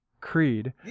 creed